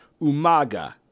Umaga